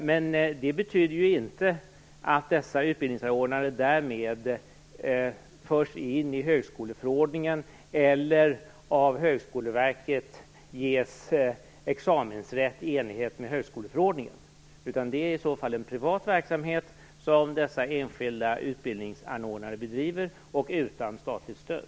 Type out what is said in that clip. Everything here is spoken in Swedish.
Men det betyder inte att dessa utbildningsanordnare därmed förs in i högskoleförordningen eller ges examensrätt av Högskoleverket i enlighet med högskoleförordningen. Dessa enskilda utbildningsanordnare bedriver en privat verksamhet utan statligt stöd.